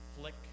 flick